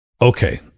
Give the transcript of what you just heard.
Okay